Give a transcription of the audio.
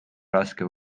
raske